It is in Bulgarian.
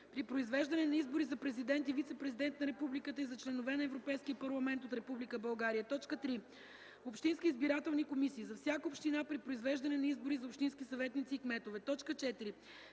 при произвеждане на избори за президент и вицепрезидент на републиката и за членове на Европейския парламент от Република България; 3. общински избирателни комисии – за всяка община при произвеждане на избори за общински съветници и кметове; 4.